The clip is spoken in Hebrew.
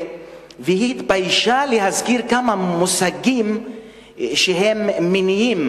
והיא התביישה להסביר כמה מושגים שהם מיניים,